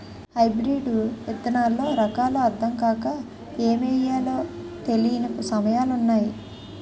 hybrid విత్తనాల్లో రకాలు అద్దం కాక ఏమి ఎయ్యాలో తెలీని సమయాలున్నాయి